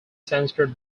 censored